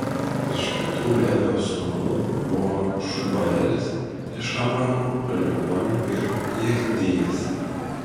iš kitų levio sūnų buvo šubaelis iš amramo palikuonių ir jechdijas